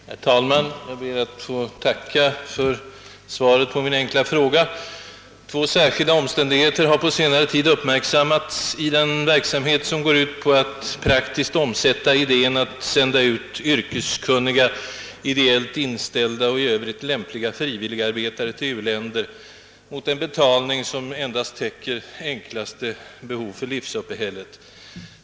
Herr talman! Jag ber att få tacka för svaret på min enkla fråga. Två särskilda omständigheter på senare tid har uppmärksammats i den verksamhet som går ut på att praktiskt omsätta idén att sända ut yrkeskunniga, ideellt inställda och i övrigt personligt lämpliga frivilligarbetare till u-länder mot en betalning, som endast täcker de enklaste behoven för livsuppehället.